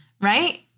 Right